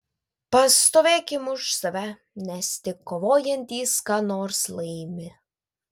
pastovėkim už save nes tik kovojantys ką nors laimi